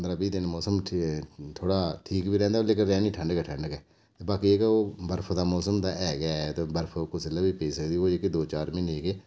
गर्मी दिन मौसम थोह्ड़ा ठीक बी रौंह्दा लेकिन रौह्नी ठंड गै ठंड ऐ बाकी जेह्का ओह् बर्फ दा मौसम ते ऐ गै ऐ बर्फ कुसै बेल्लै बी पेई सकदी उ'ऐ जेह्के दो चार म्हीने जेह्के